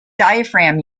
diaphragm